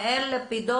נציג